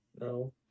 No